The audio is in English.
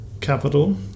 capital